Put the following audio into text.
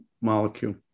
molecule